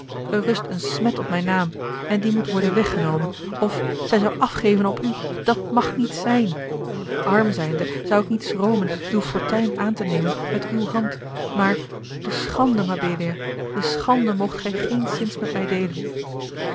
rust een smet op mijn naam en die moet worden weggenomen of zij zou afgeven op u dat mag niet zijn arm zijnde zou ik niet schromen uwe fortuin aan te nemen met uwe hand maar de schande mabelia de schande moogt gij geenszins met mij deelen